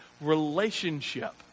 relationship